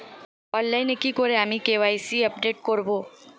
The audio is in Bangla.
অনলাইনে কি করে আমি কে.ওয়াই.সি আপডেট করব?